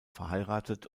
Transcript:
verheiratet